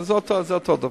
זה אותו דבר,